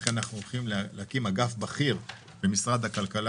אנחנו הולכים להקים אגף בכיר במשרד הכלכלה